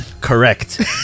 Correct